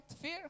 fear